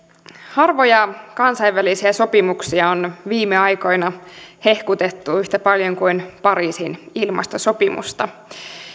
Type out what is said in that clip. harvoja kansainvälisiä sopimuksia on viime aikoina hehkutettu yhtä paljon kuin pariisin ilmastosopimusta